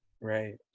Right